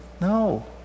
No